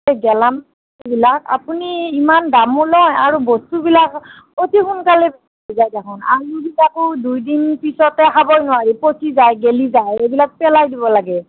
এই গেলামালবিলাক আপুনি ইমান দামো লয় আৰু বস্তুবিলাক অতি সোনকালে বেয়া হৈ যায় দেখোন আলুবিলাকো দুইদিন পিছতে খাবই নোৱাৰি পচি যায় গেলি যায় এইবিলাক পেলাই দিব লাগে